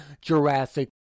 Jurassic